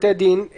בתי דין,